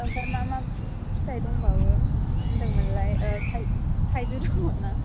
ओंफ्राय मा मा फिथाय दंबावो होन्दोंमोनला थाइजौ दंना